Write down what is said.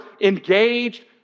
engaged